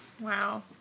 Wow